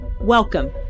Welcome